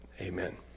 amen